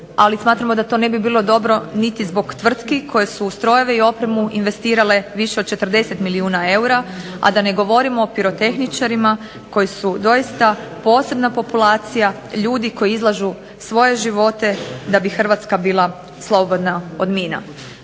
ali smatramo da to ne bi bilo dobro niti zbog tvrtki koje su u strojeve i opremu investirale više od 40 milijuna eura, a da ne govorimo o pirotehničarima koji su doista posebna populacija ljudi koji izlažu svoje živote da bi Hrvatska bila slobodna od mina.